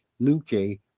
Luque